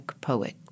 poet